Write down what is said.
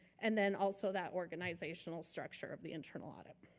and then also that organizational structure of the internal audit.